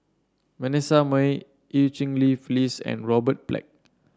Vanessa Mae Eu Cheng Li Phyllis and Robert Black